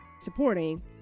supporting